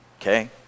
Okay